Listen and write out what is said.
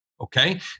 Okay